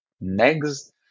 Next